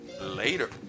later